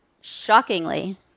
shockingly